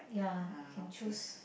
yeah can choose